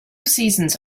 seasons